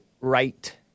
right